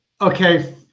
okay